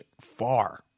far